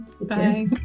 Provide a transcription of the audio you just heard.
bye